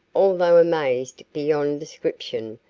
although amazed beyond description,